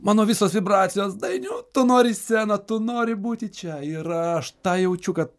mano visos vibracijos dainiau tu nori į sceną tu nori būti čia ir aš tą jaučiu kad